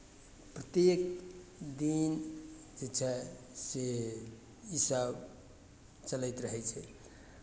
प्रत्येक दिन जे छै से इसभ चलैत रहै छै